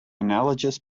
analogous